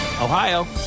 Ohio